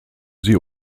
sie